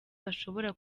bashobora